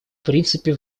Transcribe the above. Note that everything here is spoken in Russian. принципе